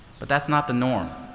but that's not the norm.